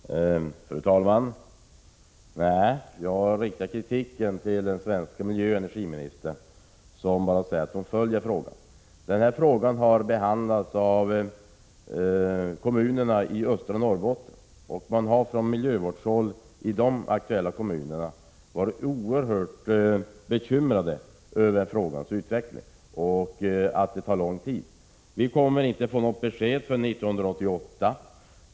släppt Torneå'av mil: Fru talman! Nej, jag riktar kritiken mot den svenska miljöoch energimijöfärliga ämnen nistern, som bara säger att hon följer frågan. Frågan har behandlats av kommunerna i östra Norrbotten. Man har från miljövårdshåll i de aktuella kommunerna varit oerhört bekymrad över frågans utveckling och över att det tar lång tid. Vi kommer inte att få något besked förrän 1988.